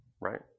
right